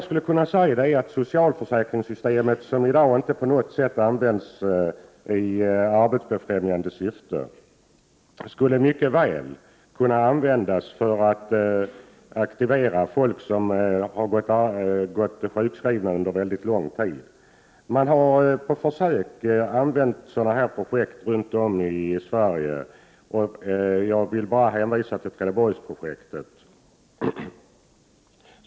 I dag används inte socialförsäkringssystemet i arbetsbefrämjande syfte. Men det skulle mycket väl kunna användas för att aktivera människor som har gått sjukskrivna en mycket lång tid. På försök har det runt om i Sverige anordnats projekt i detta syfte, och jag vill hänvisa till Trelleborgsprojektet.